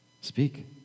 Speak